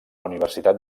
universitat